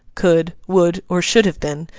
could, would, or should have been,